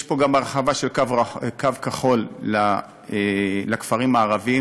יש פה גם הרחבה של קו כחול לכפרים הערביים.